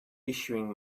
issuing